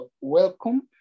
welcome